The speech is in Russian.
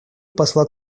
посла